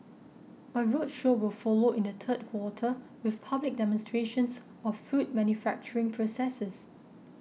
a roadshow will follow in the third quarter with public demonstrations of food manufacturing processes